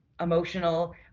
emotional